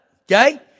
Okay